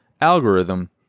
Algorithm